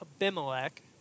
Abimelech